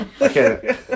okay